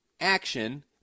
action